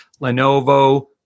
Lenovo